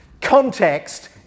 Context